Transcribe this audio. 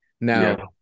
Now